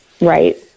Right